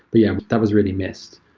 but yeah, that was really missed.